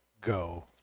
go